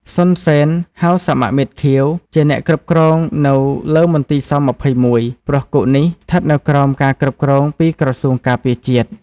សុន សេន ហៅសមមិត្តខៀវ ជាអ្នកគ្រប់គ្រងនៅលើមន្ទីរ ស-២១ ព្រោះគុកនេះស្ថិតនៅក្រោមការគ្រប់គ្រងពីក្រសួងការពារជាតិ។